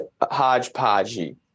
hodgepodgey